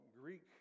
Greek